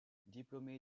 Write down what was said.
diplômé